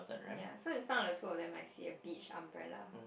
ya so in front of two of them I see a beach umbrella